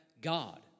God